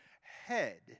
head